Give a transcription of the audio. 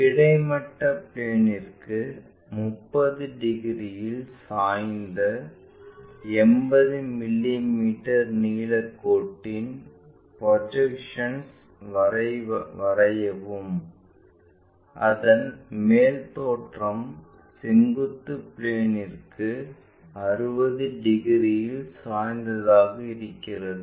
கிடைமட்ட பிளேன்ற்கு 30 டிகிரியில் சாய்ந்த 80 மிமீ நீள கோட்டின் ப்ரொஜெக்ஷன்ஸ் வரையவும் அதன் மேல் தோற்றம் செங்குத்து பிளேன்ற்கு 60 டிகிரியில் சாய்ந்ததாகத் இருக்கிறது